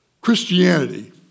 Christianity